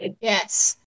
Yes